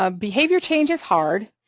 ah behavior change is hard,